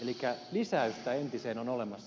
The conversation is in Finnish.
elikkä lisäystä entiseen on olemassa